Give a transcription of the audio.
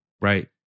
right